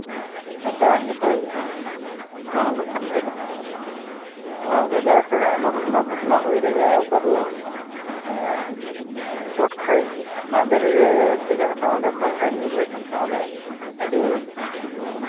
ᱟᱨ ᱫᱟᱬᱟᱱ ᱡᱚᱠᱷᱚᱡ ᱜᱚᱡ ᱠᱚᱦᱚᱸ ᱞᱮ ᱫᱟᱬᱟᱱ ᱠᱟᱱ ᱛᱟᱦᱮᱱᱟ ᱟᱭᱢᱟ ᱜᱷᱚᱴᱚᱱᱟ ᱜᱷᱚᱴᱚᱱᱟ ᱦᱩᱭ ᱫᱟᱲᱮᱭᱟᱜᱼᱟ ᱚᱠᱟᱫᱚ ᱪᱚᱴ ᱠᱷᱚᱡ ᱢᱟᱜ ᱫᱟᱨᱮ ᱨᱮ ᱫᱮᱡᱚᱜ ᱞᱮᱠᱷᱟᱱ ᱚᱸᱰᱮ ᱠᱷᱚᱡ ᱦᱚᱸ ᱧᱩᱨᱦᱟᱹᱜ ᱠᱟᱱ ᱛᱟᱦᱮᱱᱟᱞᱮ ᱟᱹᱰᱤ